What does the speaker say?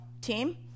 team